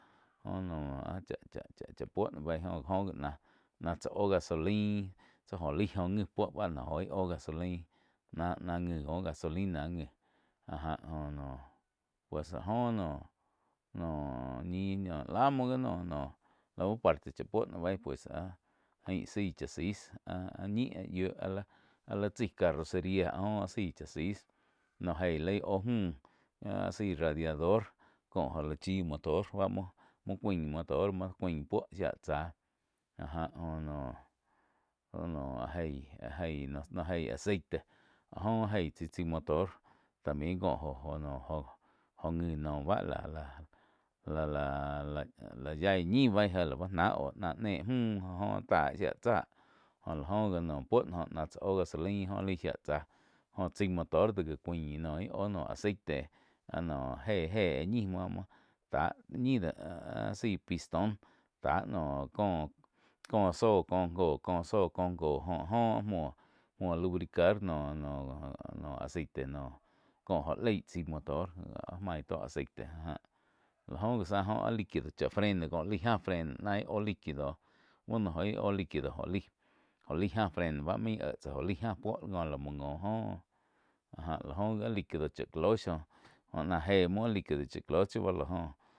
Joh noh áh chá-chá-chá puo noh bei jo oh gi náh tsá oh gasolain tsi joh laig oh ngi puo bá no jo ih oh gasolain náh-náh ngi có gasolina ngi áh ja oh no pues áh jo noh, noh ñih lá muo gi lau parte chá puo noh beí pues áh jein zaí chasis áh-áh ñi áh yiú á la-á la chai carrocería áj joh áh zaí chasis noh geí li ih oh müh áh zái radiador có jo la chi motor bá muo cuáin motor muo cuain puo shía chá áh já noh áh jeí, jeí aceite áh joh jéi chai motor también có jo-jo oh ngi báh lá-lá yaí ñi bei jé lau ná oh ná néh múh jo oh taá shía tsá jo la oh gi naum puo joh náh tsá oh gasolain joh laig shía tsá jóh chái motor do gi cuáin no íh oh aceite áh no jé-jé ñi báh muo tá ñih áh zaí piston táh noh cóh-cóh zóh có joh oh áh joh áh muo-muo lubricar no-no aceite noh có jo leig chái motor áh main tó aceite áh jáh lá oh zá áh liquido cha freno cóh laih áh freno náh ih óh liquido buo no óh íh óh liquido jo laig áh freno báh main éh tsá jo laí jáh puo cóh la mjo ngo óh áh já la oh ji áh liquido chá closh jó náh éh muo áh liquido chá closh tsi bá la joh.